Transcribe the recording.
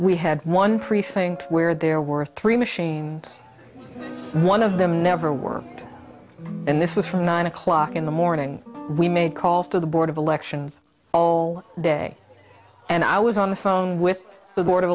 we had one precinct where there were three machines one of them never worked and this was from nine o'clock in the morning we made calls to the board of elections all day and i was on the phone with the board of